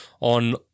on